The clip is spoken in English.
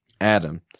Adam